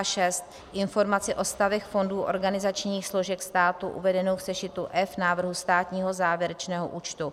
6. informaci o stavech fondů organizačních složek státu uvedenou v sešitu F návrhu státního závěrečného účtu;